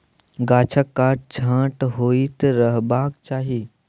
गाछक काट छांट होइत रहबाक चाही